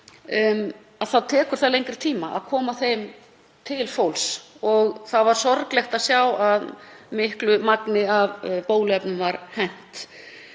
og þá tekur lengri tíma að koma bóluefninu til fólks. Það var sorglegt að sjá að miklu magni af bóluefni var hent.